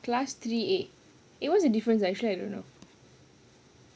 class three A eh what's the difference actually I don't know